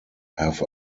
have